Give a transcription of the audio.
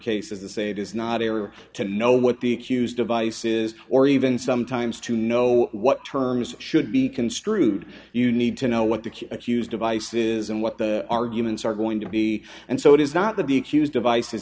cases the say it is not error to know what the accused device is or even sometimes to know what terms should be construed you need to know what the q accused devices and what the arguments are going to be and so it is not that the accused device